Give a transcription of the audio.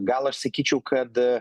gal aš sakyčiau kad